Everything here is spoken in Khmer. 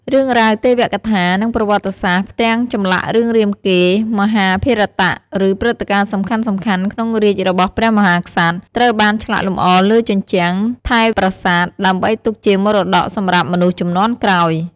រឿងរ៉ាវទេវកថា និងប្រវត្តិសាស្ត្រ ផ្ទាំងចម្លាក់រឿងរាមកេរ្តិ៍ មហាភារតៈ ឬព្រឹត្តិការណ៍សំខាន់ៗក្នុងរាជ្យរបស់ព្រះមហាក្សត្រ ត្រូវបានឆ្លាក់លម្អលើជញ្ជាំងថែវប្រាសាទ ដើម្បីទុកជាមរតកសម្រាប់មនុស្សជំនាន់ក្រោយ។